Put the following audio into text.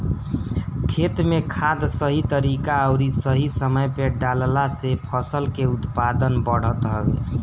खेत में खाद सही तरीका अउरी सही समय पे डालला से फसल के उत्पादन बढ़त हवे